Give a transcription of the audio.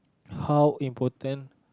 how important